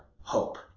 hope